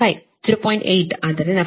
8 ಆದ್ದರಿಂದ φ 36